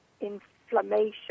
inflammation